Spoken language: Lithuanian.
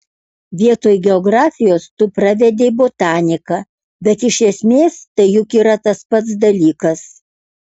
vietoj geografijos tu pravedei botaniką bet iš esmės tai juk yra tas pats dalykas